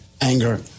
anger